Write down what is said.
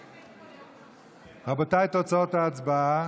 רבותיי, תוצאות ההצבעה: